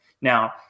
Now